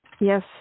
Yes